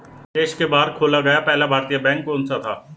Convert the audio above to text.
देश के बाहर खोला गया पहला भारतीय बैंक कौन सा था?